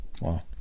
Wow